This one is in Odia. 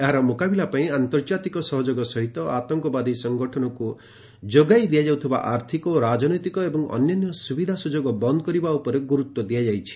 ଏହାର ମୁକାବିଲା ପାଇଁ ଆନ୍ତର୍ଜାତିକ ସହଯୋଗ ସହିତ ଆତଙ୍କବାଦୀ ସଂଗଠନକୁ ଯୋଗାଇ ଦିଆଯାଉଥିବା ଆର୍ଥିକ ଓ ରାଜନୈତିକ ଏବଂ ଅନ୍ୟାନ୍ୟ ସୁବିଧାସୁଯୋଗ ବନ୍ଦ କରିବା ଉପରେ ଗୁରୁତ୍ୱ ଦିଆଯାଇଛି